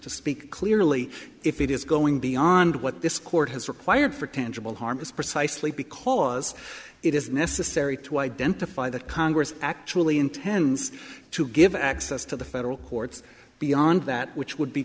to speak clearly if it is going beyond what this court has required for tangible harm is precisely because it is necessary to identify that congress actually intends to give access to the federal courts beyond that which would be